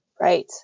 Right